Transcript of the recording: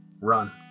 run